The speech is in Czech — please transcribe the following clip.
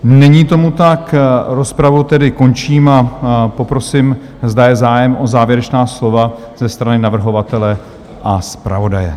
Není tomu tak, rozpravu tedy končím a poprosím, zda je zájem o závěrečná slova ze strany navrhovatele a zpravodaje.